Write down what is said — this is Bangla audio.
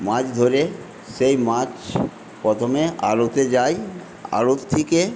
মাছ ধরে সেই মাছ প্রথমে আড়তে যায় আড়ত থেকে